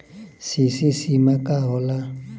CC सीमा का होला?